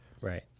Right